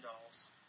dolls